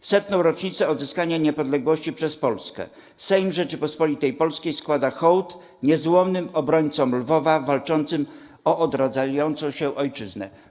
W setną rocznicę odzyskania niepodległości przez Polskę Sejm Rzeczypospolitej Polskiej składa hołd niezłomnym obrońcom Lwowa, walczącym o odradzającą się Ojczyznę”